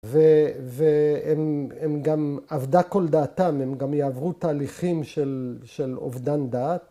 ‫והם גם, אבדה כל דעתם, ‫הם גם יעברו תהליכים של אובדן דעת.